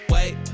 Wait